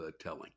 telling